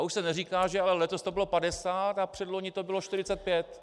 Už se neříká ale, že letos to bylo 50 a předloni to bylo 45.